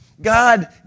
God